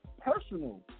personal